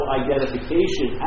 identification